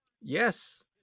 Yes